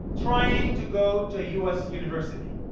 trying to go to a us university.